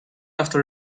after